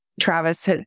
Travis